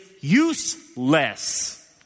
useless